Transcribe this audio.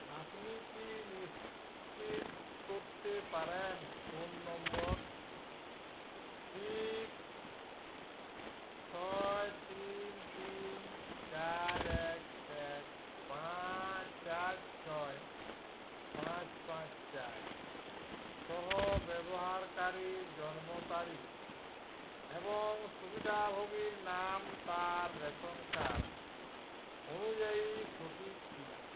আপনি কি নিশ্চিত করতে পারেন ফোন নম্বর সিক্স ছয় তিন তিন চার এক এক পাঁচ চার ছয় পাঁচ পাঁচ চার সহ ব্যবহারকারীর জন্মতারিখ এবং সুবিধাভোগীর নাম তার রেশন কার্ড অনুযায়ী সঠিক কি না